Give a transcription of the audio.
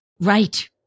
Right